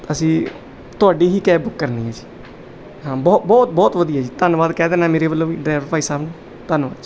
ਅਸੀਂ ਤੁਹਾਡੀ ਹੀ ਕੈਬ ਬੁੱਕ ਕਰਨੀ ਹੈ ਜੀ ਹਾਂ ਬਹੁ ਬਹੁਤ ਬਹੁਤ ਵਧੀਆ ਜੀ ਧੰਨਵਾਦ ਕਹਿ ਦੇਣਾ ਮੇਰੇ ਵੱਲੋਂ ਡਰਾਈਵਰ ਭਾਈ ਸਾਹਿਬ ਨੂੰ ਧੰਨਵਾਦ ਜੀ